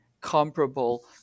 comparable